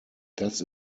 das